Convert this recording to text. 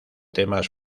temas